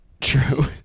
True